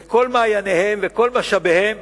וכל מעייניהם וכל משאביהם